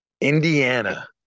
Indiana